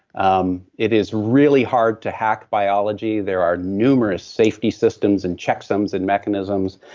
um it is really hard to hack biology. there are numerous safety systems and checksums and mechanisms,